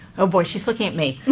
oh, boy. she's looking at me.